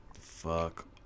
Fuck